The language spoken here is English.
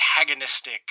antagonistic